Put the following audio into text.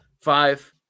Five